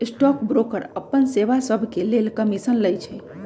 stock broker अप्पन सेवा सभके लेल कमीशन लइछइ